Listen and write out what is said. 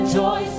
joy